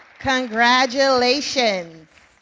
congratulations.